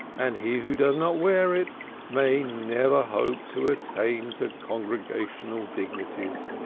and he who does not wear it may never hope to attain to congregational dignities.